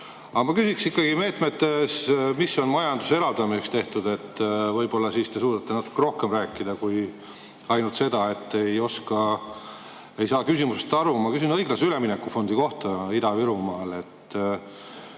Aga ma küsiks ikkagi meetmete kohta, mis on majanduse elavdamiseks tehtud. Võib-olla siis te suudate natuke rohkem rääkida, mitte ainult seda, et ei oska vastata, ei saa küsimusest aru. Ma küsin õiglase ülemineku fondi kohta Ida-Virumaal.